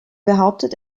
behauptet